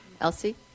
Elsie